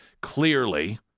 clearly